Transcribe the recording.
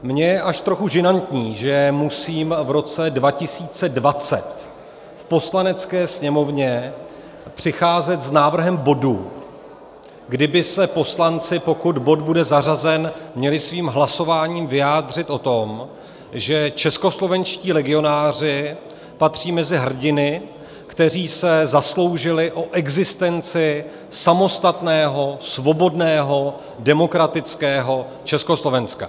Mně je až trochu žinantní, že musím v roce 2020 v Poslanecké sněmovně přicházet s návrhem bodu, kdy by se poslanci, pokud bod bude zařazen, měli svým hlasováním vyjádřit o tom, že českoslovenští legionáři patří mezi hrdiny, kteří se zasloužili o existenci samostatného, svobodného, demokratického Československa.